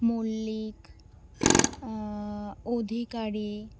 Mallick Adhikari